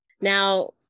Now